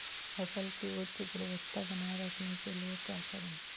फसल की उच्च गुणवत्ता बनाए रखने के लिए क्या करें?